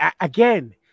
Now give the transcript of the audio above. again